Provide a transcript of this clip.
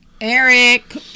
Eric